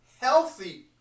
healthy